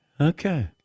Okay